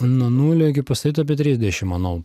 nuo nulio iki pastatyto apie trisdešim manau